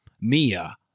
Mia